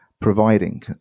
providing